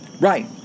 Right